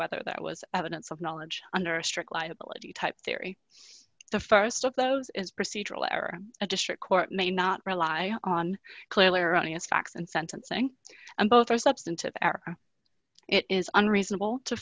whether that was evidence of knowledge under a strict liability type theory the st of those is procedural error a district court may not rely on clearly erroneous facts and sentencing and both are substantive it is unreasonable to